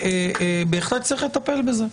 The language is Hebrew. בהחלט צריך לטפל בזה,